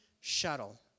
shuttle